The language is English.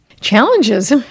Challenges